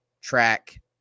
track